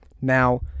Now